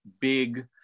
big